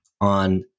on